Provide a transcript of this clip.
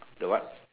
the what